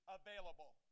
available